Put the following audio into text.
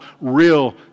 real